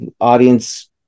Audience